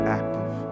active